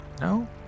No